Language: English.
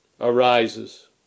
arises